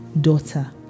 Daughter